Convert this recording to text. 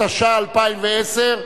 התשע"א 2010,